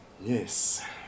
Yes